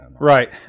Right